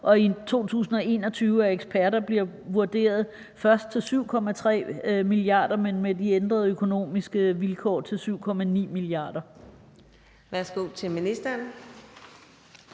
og i 2021 af eksperter blev vurderet først til 7,3 mia. kr., men med de ændrede økonomiske vilkår til 7,9 mia.